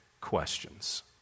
questions